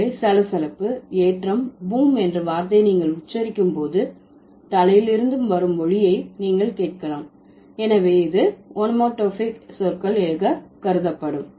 எனவே சலசலப்பு ஏற்றம் பூம் என்ற வார்த்தையை நீங்கள் உச்சரிக்கும் போது தலையில் இருந்து வரும் ஒலியை நீங்கள் கேட்கலாம் எனவே இவை ஓனோமடோபாயிக் சொற்கள் ஆக கருதப்படும்